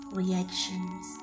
reactions